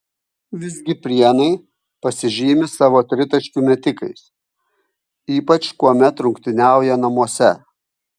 visgi prienai pasižymi savo tritaškių metikais ypač kuomet rungtyniauja namuose